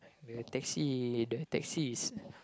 the taxi the taxi is